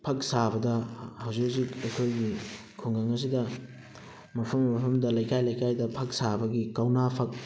ꯐꯛ ꯁꯥꯕꯗ ꯍꯧꯖꯤꯛ ꯍꯧꯖꯤꯛ ꯑꯩꯈꯣꯏꯒꯤ ꯈꯨꯡꯒꯪ ꯑꯁꯤꯗ ꯃꯐꯝ ꯃꯐꯝꯗ ꯂꯩꯀꯥꯏ ꯂꯩꯀꯥꯏꯗ ꯐꯛ ꯁꯥꯕꯒꯤ ꯀꯧꯅꯥ ꯐꯛ